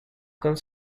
con